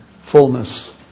Fullness